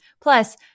Plus